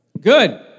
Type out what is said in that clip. Good